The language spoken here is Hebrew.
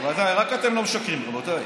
בוודאי, רק אתם לא משקרים, רבותיי.